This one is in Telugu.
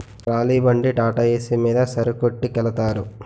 ట్రాలీ బండి టాటాఏసి మీద సరుకొట్టికెలతారు